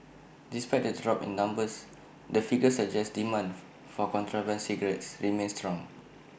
despite the drop in numbers the figures suggest demand for contraband cigarettes remains strong